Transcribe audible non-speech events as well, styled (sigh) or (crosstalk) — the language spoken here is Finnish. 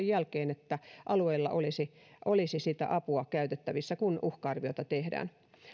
(unintelligible) jälkeen niin että alueilla olisi olisi sitä apua käytettävissä kun uhka arvioita tehdään